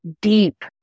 deep